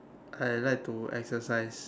I like to exercise